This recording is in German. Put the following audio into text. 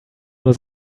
nur